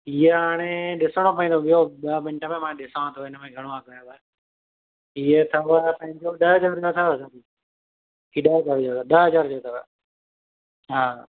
इहो हाणे ॾिसणो पवंदो बिहो ॿ मिन्ट में ॾिसांव थो हाणे हिन में घणो अघु आहे हिन में हीअ अथव पंहिंजो ॾह हज़ार में अथव हीउ ॾह हज़ार जो ॾह हज़ार जो अथव हा